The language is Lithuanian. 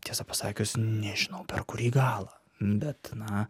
tiesą pasakius nežinau per kurį galą bet na